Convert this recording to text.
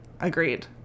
Agreed